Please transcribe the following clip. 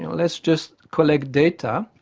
let's just collect data,